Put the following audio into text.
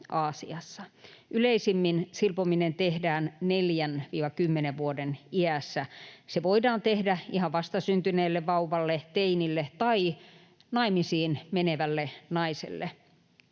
Yleisimmin silpominen tehdään 4—10 vuoden iässä. Se voidaan tehdä ihan vastasyntyneelle vauvalle, teinille tai naimisiin menevälle naiselle.